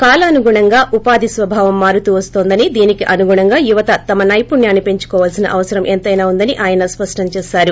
కాలానుగుణంగా ఉపాధి స్వభావం మారుతూ వన్తోందని దీనికి అనుగుణంగా యువత తమ నైపుణ్యాన్ని పెంచుకోవలసిన అవసరం ఎంతైనా ఉందని ఆయన స్పష్టం చేశారు